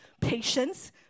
patience